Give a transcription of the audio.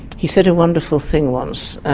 he said a wonderful thing once.